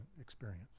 experience